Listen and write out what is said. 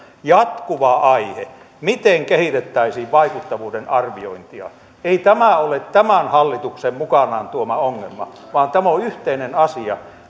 jatkuva aihe miten kehitettäisiin vaikuttavuuden arviointia ei tämä ole tämän hallituksen mukanaan tuoma ongelma vaan tämä on yhteinen asia